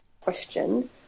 question